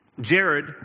Jared